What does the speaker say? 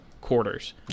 quarters